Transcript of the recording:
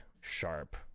sharp